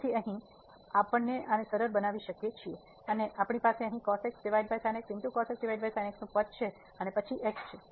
તેથી હવે આપણે આને સરળ બનાવી શકીએ છીએ આપણી પાસે અહીં પદ છે અને પછી x છે